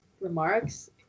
remarks